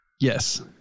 Yes